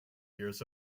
years